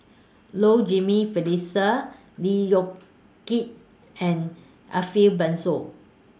Low Jimenez Felicia Lee Yong Kiat and Ariff Bongso